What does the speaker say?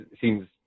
seems